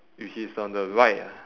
which is on the right